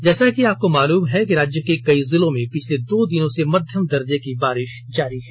जैसा कि आपको मालूम है कि राज्य के कई जिलों में पिछले दो दिनों से मध्यम दर्जे की बारिश जारी है